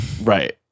right